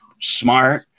smart